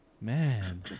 man